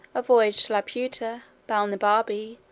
a voyage to laputa, balnibarbi,